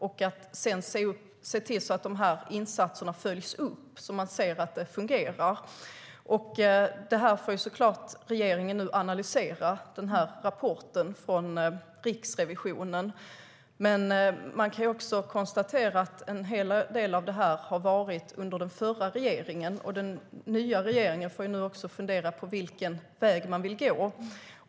Sedan gäller det att se till att insatserna följs upp så att man ser att det fungerar. Regeringen får nu analysera rapporten från Riksrevisionen. Man kan också konstatera att en hel del av detta har varit under den förra regeringen. Den nya regeringen får nu fundera på vilken väg den vill gå.